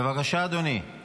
בבקשה, אדוני.